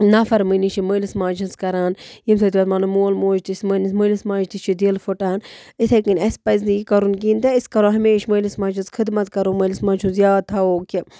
نافرمٲنی چھِ مٲلِس ماجہِ ہِنٛز کَران مول موج تہِ مٲلِس ماجہِ تہِ چھِ دِل پھٕٹان یِتھَے کَنۍ اَسہِ پَزِ نہٕ یہِ کَرُن کِہیٖنۍ تہِ أسۍ کَرو ہَمیٖشہ مٲلِس ماجہِ ہِنٛز خدمت کَرو مٲلِس ماجہِ ہُنٛز یاد تھاوو کہِ